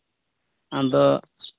ᱟᱫᱚ